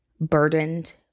burdened